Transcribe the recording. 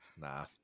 Nah